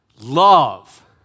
Love